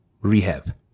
Rehab